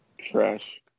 Trash